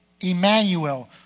Emmanuel